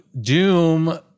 Doom